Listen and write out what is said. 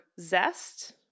zest